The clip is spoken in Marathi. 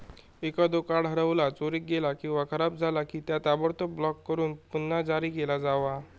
एखादो कार्ड हरवला, चोरीक गेला किंवा खराब झाला की, त्या ताबडतोब ब्लॉक करून पुन्हा जारी केला जावा